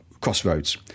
crossroads